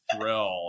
thrill